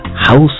House